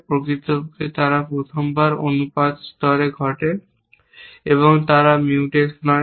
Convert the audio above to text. প্রকৃতপক্ষে তারা প্রথমবার অনুপাত স্তরে ঘটে এবং তারা Mutex নয়